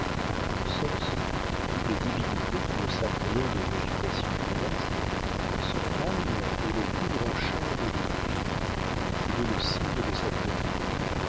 l'innocence toutes les divinités qui ne savent rien des agitations terrestres ce calme est le plus grand charme d'une fille il est le signe de sa pureté